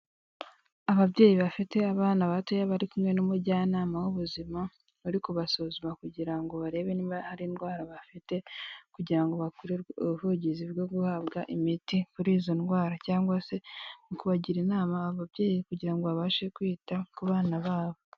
Ababyeyi bafite abana batoya bari kumwe n'umujyanama w'ubuzima, bari kubasuzuma kugira ngo barebe niba hari indwara bafite kugira ngo bakorerwe ubuvugizi bwo guhabwa imiti kuri izo ndwara cyangwa se mu kubagira inama ababyeyi kugira ngo babashe kwita ku bana babo.